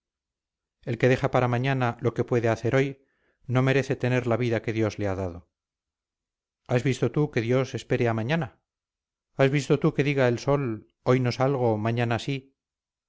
el que deja para mañana lo que puede hacer hoy no merece tener la vida que dios le ha dado has visto tú que dios espere a mañana has visto tú que diga el sol hoy no salgo mañana sí